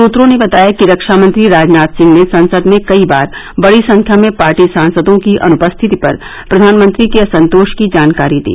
सूत्रों ने बताया कि रक्षामंत्री राजनाथ सिंह ने संसद में कई बार बड़ी संख्या में पार्टी सांसदों की अनुपस्थिति पर प्रधानमंत्री के असंतोष की जानकारी दी